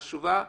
חשובה.